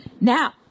Now